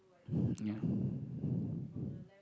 ya